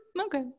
okay